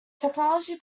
technology